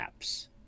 apps